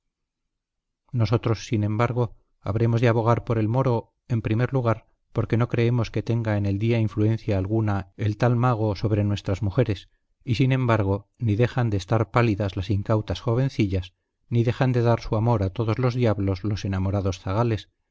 nosotros sin embargo habremos de abogar por el moro en primer lugar porque no creemos que tenga en el día influencia alguna el tal mago sobre nuestras mujeres y sin embargo ni dejan de estar pálidas las incautas jovencillas ni dejan de dar su amor a todos los diablos los enamorados zagales